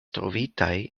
trovitaj